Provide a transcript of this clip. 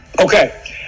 Okay